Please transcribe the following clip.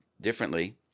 differently